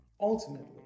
ultimately